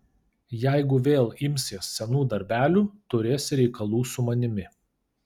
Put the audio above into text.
jeigu vėl imsies senų darbelių turėsi reikalų su manimi